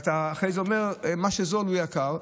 ואחרי זה אתה אומר: מה שזול הוא יקר.